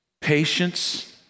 patience